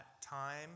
time